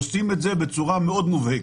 הם עושים את זה בצורה מאוד מובהקת.